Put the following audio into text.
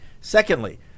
Secondly